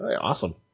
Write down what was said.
Awesome